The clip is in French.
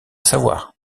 savoir